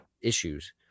issues